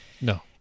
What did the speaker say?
No